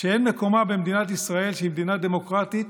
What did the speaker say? שאין מקומה במדינת ישראל, שהיא מדינה דמוקרטית,